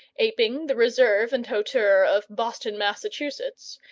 aping the reserve and hauteur of boston, massachusetts,